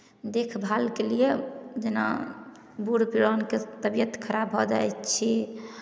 देखभालके लिए जेना बूढ़ पुरानके तबियत खराब भऽ जाइ छी